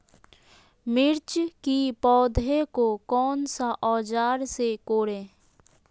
मिर्च की पौधे को कौन सा औजार से कोरे?